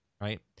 right